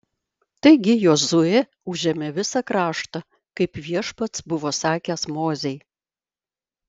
taigi jozuė užėmė visą kraštą kaip viešpats buvo sakęs mozei